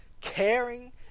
caring